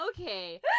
okay